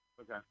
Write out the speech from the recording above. Okay